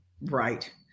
Right